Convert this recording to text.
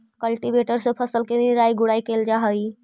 cultivator से फसल के निराई गुडाई कैल जा हई